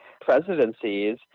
presidencies